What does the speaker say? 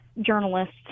journalists